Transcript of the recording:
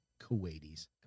Kuwaitis